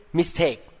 mistake